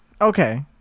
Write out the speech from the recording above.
Okay